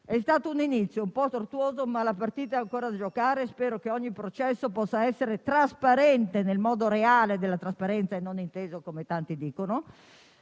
È stato un inizio un po' tortuoso, ma la partita è ancora da giocare. E spero che ogni processo possa essere trasparente nel modo reale della trasparenza - non inteso come tanti dicono,